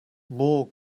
more